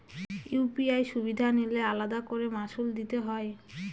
UPI সুবিধা নিলে আলাদা করে মাসুল দিতে হয়?